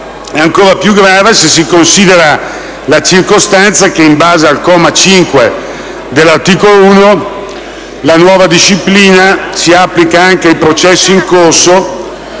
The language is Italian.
è ancora più grave se si considera la circostanza che, in base al comma 5 dell'articolo 1, la nuova disciplina si applica anche ai processi in corso